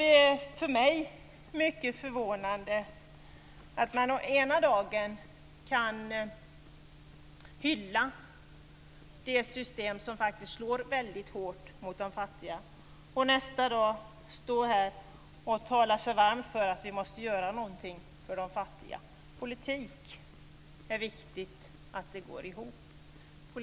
Det är för mig mycket förvånande att man ena dagen kan hylla det system som faktiskt slår väldigt hårt mot de fattiga och nästa dag stå här och tala sig varm för att vi måste göra någonting för de fattiga. Det är viktigt att politik går ihop.